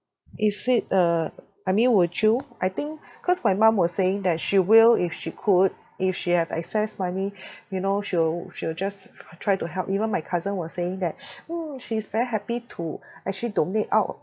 is it a I mean would you I think cause my mum was saying that she will if she could if she have excess money you know she will she will just try to help even my cousin was saying that mm she's very happy to actually donate out